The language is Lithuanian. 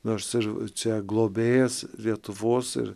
nors ir čia globėjas lietuvos ir